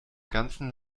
ganzen